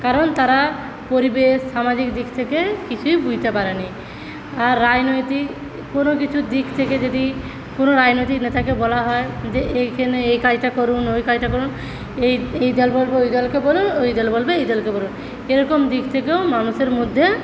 কারণ তারা পরিবেশ সামাজিক দিক থেকে কিছুই বুঝতে পারেনি আর রাজনৈতিক কোন কিছুর দিক থেকে যদি কোন রাজনৈতিক নেতাকে বলা হয় যে এইখানে এই কাজটা করুন ওই কাজটা করুন এই এই দল বলবে ওই দলকে বলুন ওই দল বলবে এই দলকে বলুন এরকম দিক থেকেও মানুষের মধ্যে